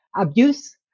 abuse